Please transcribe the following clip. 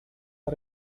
are